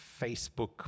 Facebook